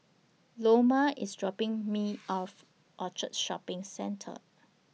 Loma IS dropping Me off At Orchard Shopping Centre